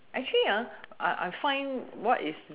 actually I I find what is